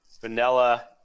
vanilla